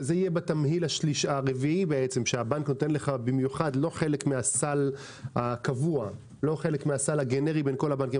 זה יהיה בתמהיל הרביעי שהבנק נותן לך לא חלק מהסל הגנרי בין כל הבנקים.